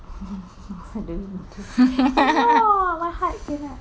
cannot my heart cannot